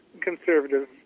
conservative